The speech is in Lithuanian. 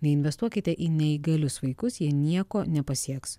neinvestuokite į neįgalius vaikus jie nieko nepasieks